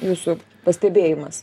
jūsų pastebėjimas